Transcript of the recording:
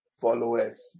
followers